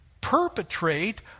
perpetrate